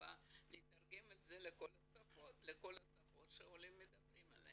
בממשלה לתרגם את זה לכל השפות שהעולים מדברים,